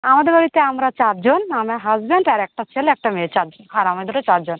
আমাদের বাড়িতে আমরা চার জন আমার হাজবেন্ড আর একটা ছেলে একটা মেয়ে চার জন আর আমায় ধরে চার জন